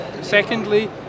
secondly